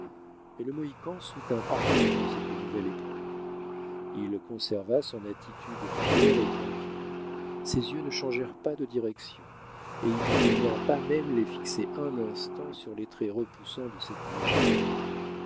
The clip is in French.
mais le mohican soutint parfaitement cette nouvelle épreuve il conserva son attitude fière et tranquille ses yeux ne changèrent pas de direction et il ne daigna pas même les fixer un instant sur les traits repoussants de cette mégère